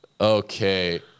Okay